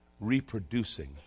reproducing